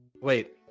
wait